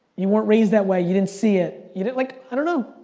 you weren't raised that way, you didn't see it, you didn't like, i don't know.